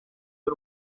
y’u